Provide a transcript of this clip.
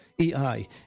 EI